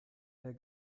der